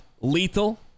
Lethal